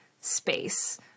space